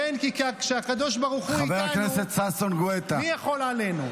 כי כשהקדוש ברוך הוא איתנו מי יכול עלינו?